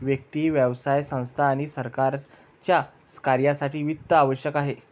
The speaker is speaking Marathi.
व्यक्ती, व्यवसाय संस्था आणि सरकारच्या कार्यासाठी वित्त आवश्यक आहे